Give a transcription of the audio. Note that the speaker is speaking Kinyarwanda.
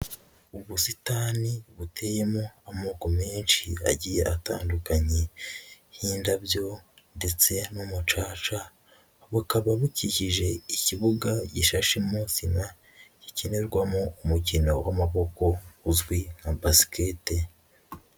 Ubusitani buteyemo amoko menshi agiye atandukanye y'indabyo ndetse n'umucaca, bukaba bukikije ikibuga gishashemo sima, gikinirwamo umukino w'amaboko uzwi nka basikete.